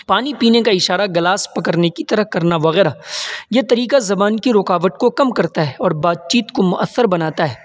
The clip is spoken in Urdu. پانی پینے کا اشارہ گلاس پکڑنے کی طرح کرنا وغیرہ یہ طریقہ زبان کی رکاوٹ کو کم کرتا ہے اور بات چیت کو مؤثر بناتا ہے